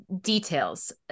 details